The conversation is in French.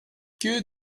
que